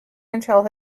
until